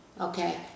Okay